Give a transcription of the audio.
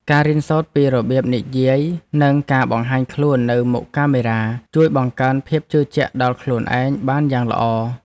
ការរៀនសូត្រពីរបៀបនិយាយនិងការបង្ហាញខ្លួននៅមុខកាមេរ៉ា ជួយបង្កើនភាពជឿជាក់ដល់ខ្លួនឯងបានយ៉ាងល្អ។